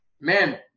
man